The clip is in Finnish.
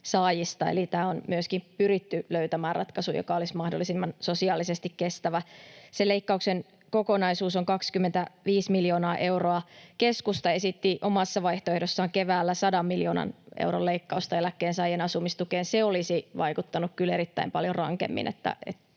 saajista. Eli tähän on myöskin pyritty löytämään ratkaisu, joka olisi sosiaalisesti mahdollisimman kestävä. Sen leikkauksen kokonaisuus on 25 miljoonaa euroa. Keskusta esitti omassa vaihtoehdossaan keväällä 100 miljoonan euron leikkausta eläkkeensaajien asumistukeen. Se olisi vaikuttanut kyllä erittäin paljon rankemmin.